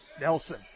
Nelson